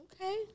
Okay